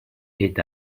est